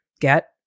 get